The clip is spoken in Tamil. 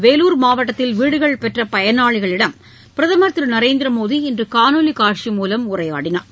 வேலூர் மாவட்டத்தில் வீடுகள் பெற்ற பயனாளிகளிடம் பிரதமர் திரு நரேந்திர மோடி இன்று காணொலி காட்சி மூலம் உரையாடினார்